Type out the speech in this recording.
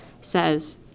says